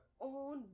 own